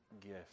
gift